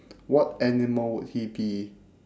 what animal would he be